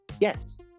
Yes